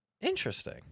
Interesting